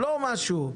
לא משהו.